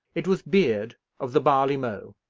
it was beard, of the barley mow.